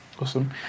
Awesome